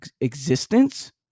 existence